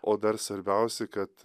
o dar svarbiausi kad